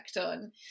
on